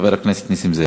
חבר הכנסת נסים זאב.